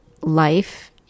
life